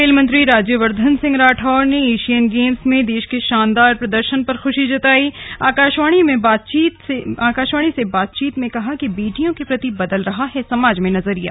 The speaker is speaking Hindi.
खेल मंत्री राज्यवर्धन सिंह राठौड़ ने एशियन गेम्स में देश के शानदार प्रदर्शन पर खुशी जताई आकाशवाणी से बातचीत में कहा कि बेटियों के प्रति बदल रहा है नजरिया